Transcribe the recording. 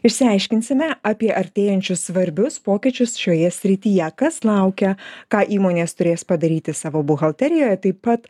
išsiaiškinsime apie artėjančius svarbius pokyčius šioje srityje kas laukia ką įmonės turės padaryti savo buhalterijoje taip pat